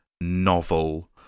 novel